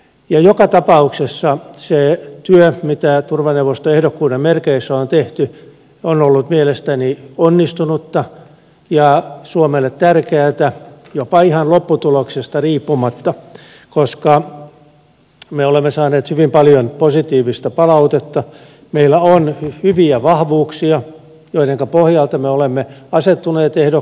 joka tapauksessa se työ mitä turvaneuvoston ehdokkuuden merkeissä on tehty on ollut mielestäni onnistunutta ja suomelle tärkeätä jopa ihan lopputuloksesta riippumatta koska me olemme saaneet hyvin paljon positiivista palautetta meillä on hyviä vahvuuksia joidenka pohjalta me olemme asettuneet ehdokkaaksi